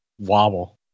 wobble